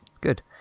good